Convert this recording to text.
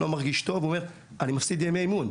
אני לא מרגיש טוב אלא הם אומרים אני מפסיד ימי אימון,